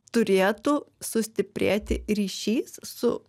turėtų sustiprėti ryšys su